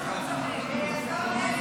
העונשין (תיקון,